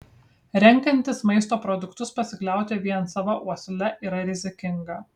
renkantis maisto produktus pasikliauti vien sava uosle yra rizikinga